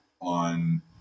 on